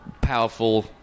powerful